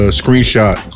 screenshot